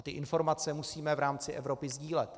A ty informace musíme v rámci Evropy sdílet.